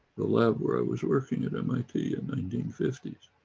the lab where i was working at mit in nineteen fifty s,